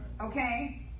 Okay